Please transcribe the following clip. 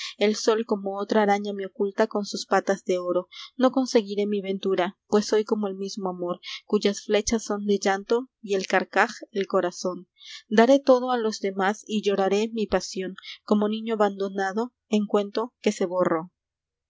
el sol como otra araña me oculta con sus patas de oro no conseguiré mi ventura pues soy como el mismo amor cuyas flechas son de llanto y el carcaj el corazón daré todo a los demás y lloraré mi pasión como niño abandonado en cuento que se borró